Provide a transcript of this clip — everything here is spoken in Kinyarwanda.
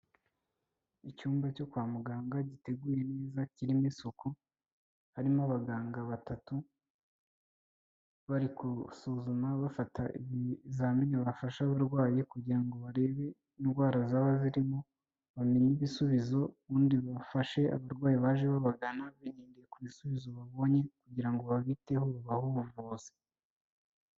Icyumba cyo kwa muganga giteguye neza kirimo isuku, harimo abaganga batatu, bari gusuzuma bafata ibizamini bafashe abarwayi kugira ngo barebe indwara zaba zirimo bamenye ibisubizo ubundi bafashe abarwayi baje babagana, bagendeye ku bisubizo babonye kugira ngo babiteho, babahe ubuvuzi.